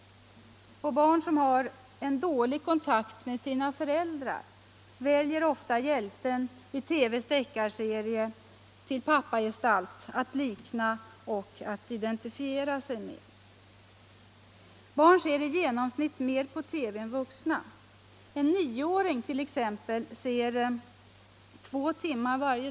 Barn som har en dålig kontakt med sina föräldrar väljer ofta hjälten i TV:s deckarserier till pappagestalt att likna och identifiera sig med. Barn ser i genomsnitt mer på TV än vuxna. En nioåring t.ex. ser varje dag två timmar på TV.